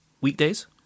Weekdays